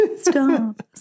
stop